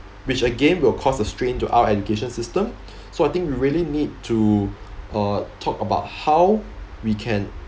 which again will cause a strain to our education system so I think we really need to uh talk about how we can